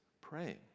praying